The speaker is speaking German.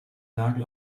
nagel